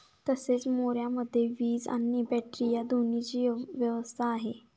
तसेच मोऱ्यामध्ये वीज आणि बॅटरी या दोन्हीची व्यवस्था आहे